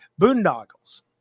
boondoggles